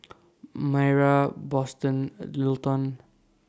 Mayra Boston and Littleton